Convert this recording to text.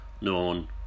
known